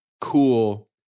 cool